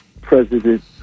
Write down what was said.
President